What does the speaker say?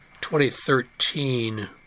2013